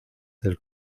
del